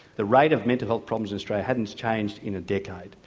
the rate of mental health problems in australia hadn't changed in a decade.